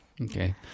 Okay